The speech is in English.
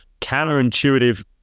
counterintuitive